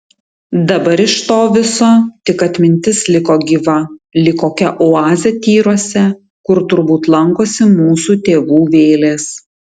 dabar iš to viso tik atmintis liko gyva lyg kokia oazė tyruose kur turbūt lankosi mūsų tėvų vėlės